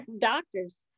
doctors